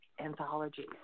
anthologies